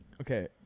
Okay